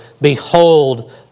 Behold